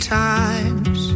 times